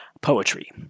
Poetry